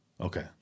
Okay